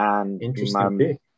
Interesting